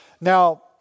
Now